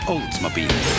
Oldsmobile